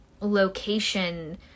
location